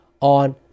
on